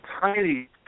tiny